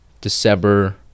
December